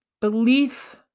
belief